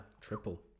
triple